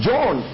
John